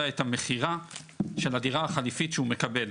את המכירה של הדירה החליפית שהוא מקבל.